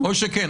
או שכן.